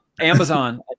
Amazon